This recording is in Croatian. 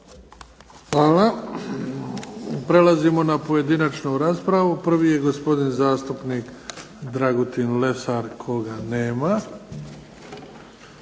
Hvala. Prelazimo na pojedinačnu raspravu. Prvi je gospodin zastupnik Dragutin Lesar koga nema.